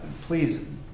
please